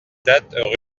date